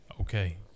okay